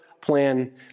plan